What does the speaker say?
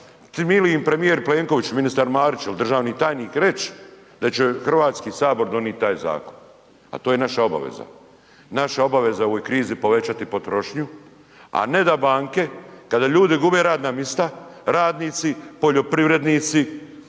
li im premijer Plenković, ministar Marić ili državni tajnik reć da će Hrvatski sabor donijet taj zakona to je naša obaveza. Naša obaveza je u ovoj krizi povećati potrošnju a ne da banke kada ljudi gube radna mista, radnici, poljoprivrednici